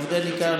עובדי ניקיון,